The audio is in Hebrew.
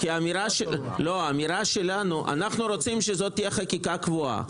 אנחנו רוצים שזו תהיה חקיקה קבועה.